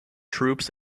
troops